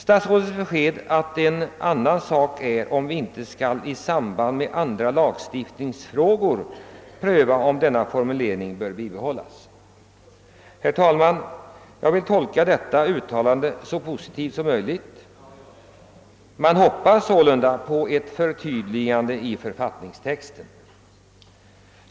Statsrådets besked, att en sak för sig är om man inte i samband med: andra lagstiftningsfrågor skall pröva, huruvida denna formulering bör bibehållas, utgör inte något svar på frågan. Herr talman! Jag vill emellertid tolka detta uttalande så positivt som möjligt och hoppas således på ett förtydligande av författningstexten.